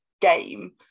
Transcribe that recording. game